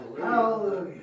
Hallelujah